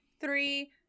three